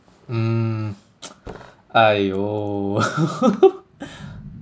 mm !aiyo!